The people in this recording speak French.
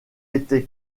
été